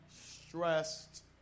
Stressed